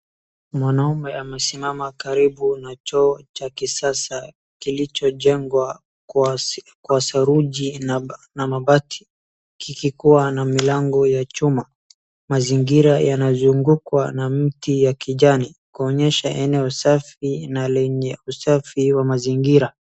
Mwanaume amesimama karibu na choo cha kisasa kilichojengwa kwa saruji na mabati kikuwa na milango ya chuma. Mazingira yanazungukwa na mti ya kijani kuonyesha eneo safi na lenye usafi wa mazingira.